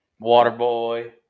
Waterboy